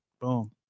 Boom